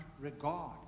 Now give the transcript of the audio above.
regard